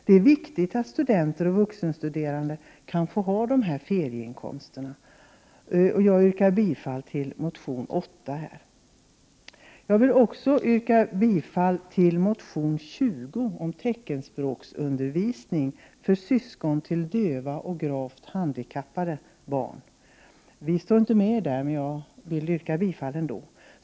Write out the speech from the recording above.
Det är viktigt att studerande och vuxenstuderande kan få ha dessa ferieinkomster. Jag yrkar bifall till reservation 8. Vidare vill jag yrka bifall till reservation 20 om teckenspråksundervisning för syskon till döva och gravt handikappade barn. Vi har inte skrivit under denna reservation, men jag vill yrka bifall till den ändå.